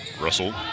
Russell